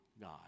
God